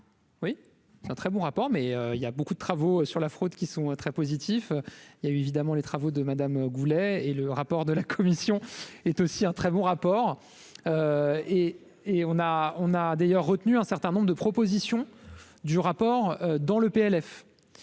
oui c'est un très bon rapport mais il y a beaucoup de travaux sur la fraude qui sont très positifs, il y a eu évidemment les travaux de Madame Goulet et le rapport de la commission est aussi un très bon rapport et et on a, on a d'ailleurs retenu un certain nombre de propositions du rapport dans le PLF